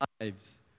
lives